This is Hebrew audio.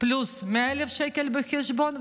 פלוס 100,000 שקל בחשבון,